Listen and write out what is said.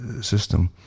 system